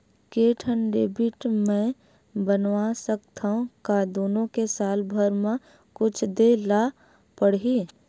के ठन डेबिट मैं बनवा रख सकथव? का दुनो के साल भर मा कुछ दे ला पड़ही?